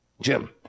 Jim